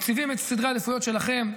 מציבים את סדרי העדיפויות שלכם,